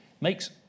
makes